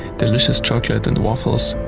delicious chocolate and waffles,